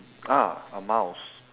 ah a mouse